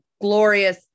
glorious